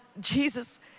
Jesus